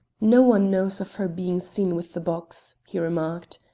no one knows of her being seen with the box, he remarked.